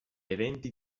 eventi